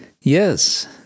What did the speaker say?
Yes